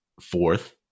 fourth